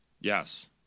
Yes